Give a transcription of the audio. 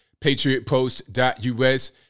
PatriotPost.us